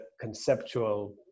conceptual